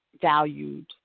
valued